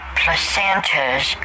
placentas